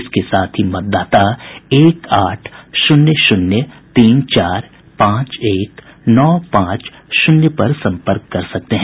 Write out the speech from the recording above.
इसके साथ ही मतदाता एक आठ शून्य शून्य तीन चार पांच एक नौ पांच शून्य पर संपर्क कर सकते हैं